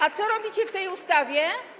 A co robicie w tej ustawie?